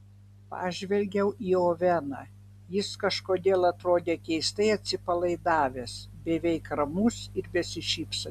pažvelgiau į oveną jis kažkodėl atrodė keistai atsipalaidavęs beveik ramus ir besišypsantis